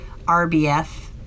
RBF